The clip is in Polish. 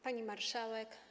Pani Marszałek!